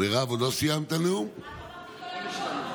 מה שמגיע,